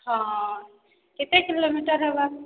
ହଁ କେତେ କିଲୋମିଟର୍ ହେବା